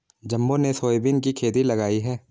जम्बो ने सोयाबीन की खेती लगाई है